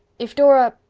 if dora.